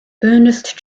ernest